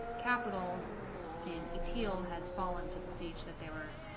capital in eat eel has fallen to the siege that they were